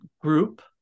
group